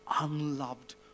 unloved